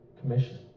Commission